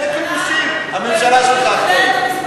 ומה עושה הממשלה, לשני כיבושים הממשלה שלך אחראית.